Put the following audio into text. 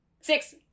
Six